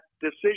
decision